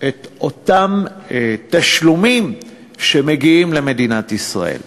את אותם תשלומים שמגיעים למדינת ישראל.